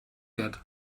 get